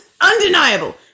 undeniable